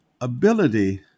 Ability